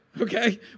okay